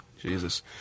Jesus